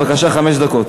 בבקשה, חמש דקות.